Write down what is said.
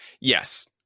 yes